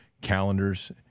calendars